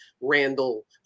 Randall